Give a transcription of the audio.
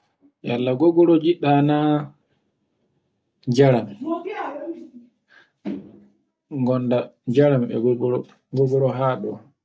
Yalla goggoro njiɗɗa na jaran. Gonda jaran e gogoro. Gogoro haɗo.